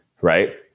right